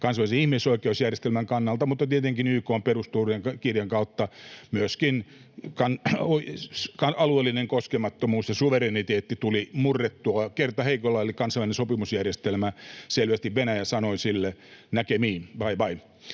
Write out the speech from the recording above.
kansainvälisen ihmisoikeusjärjestelmän kannalta että tietenkin YK:n peruskirjan kautta. Myöskin alueellinen koskemattomuus ja suvereniteetti tuli murrettua kertaheitolla, eli kansainväliselle sopimusjärjestelmälle Venäjä sanoi selvästi näkemiin, bye-bye,